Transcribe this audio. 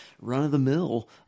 run-of-the-mill